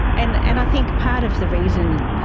and and i think part of the reason, ah